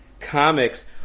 comics